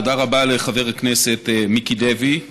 תודה רבה לחבר הכנסת מיקי לוי.